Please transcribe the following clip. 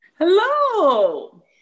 Hello